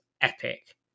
epic